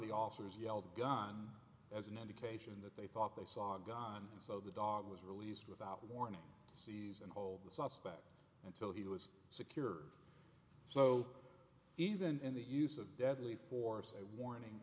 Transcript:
the officers yelled gun as an indication that they thought they saw a gun and so the dog was released without warning these and hold the suspect until he was secured so even in the use of deadly force a warning